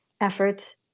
effort